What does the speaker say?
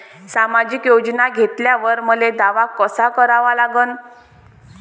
सामाजिक योजना घेतल्यावर मले दावा कसा करा लागन?